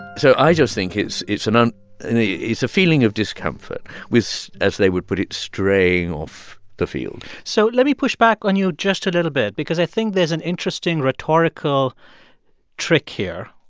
so i just think it's it's an um an it's a feeling of discomfort with, as they would put it, straying off the field so let me push back on you just a little bit because i think there's an interesting rhetorical trick here.